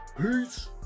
Peace